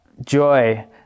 joy